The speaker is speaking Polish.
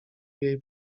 jej